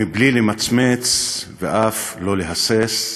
בלי למצמץ ואף להסס,